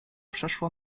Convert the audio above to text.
przeszło